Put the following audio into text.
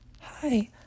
Hi